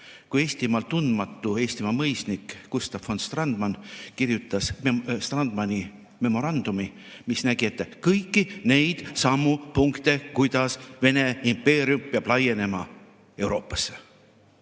kui Eestimaal tundmatu Eestimaa mõisnik Gustav von Strandmann kirjutas Strandmanni memorandumi, mis nägi ette kõiki neidsamu punkte, kuidas Vene impeerium peab laienema Euroopasse.